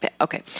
okay